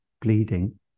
bleeding